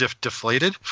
Deflated